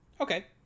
Okay